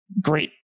great